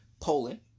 Poland